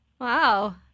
wow